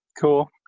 Cool